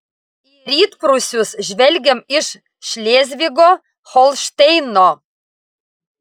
į rytprūsius žvelgiam iš šlėzvigo holšteino